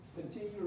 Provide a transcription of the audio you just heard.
continue